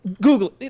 Google